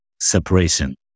separation